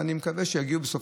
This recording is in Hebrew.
ואני מקווה שיגיעו לסיכום,